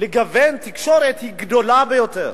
לגוון תקשורת היא גדולה ביותר.